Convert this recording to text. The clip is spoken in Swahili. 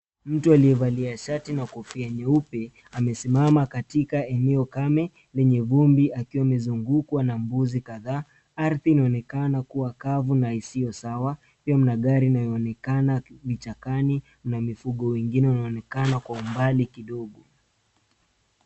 Mtu aliyevalia shati na kofia nyeupe amesimama katika eneo kame lenye vumbi akiwa amezungukwa na mbuzi kadhaa. Ardhi inaonekana kuwa kavu na isio sawa pia mna gari inayoonekana kichakani na mifugo wengine wanaonekana kwa umbali kidogo.